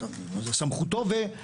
זה בסמכותו וזו אחריותו.